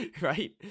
right